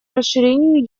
расширению